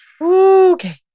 Okay